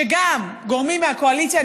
שגם גורמים מהקואליציה,